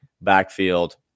backfield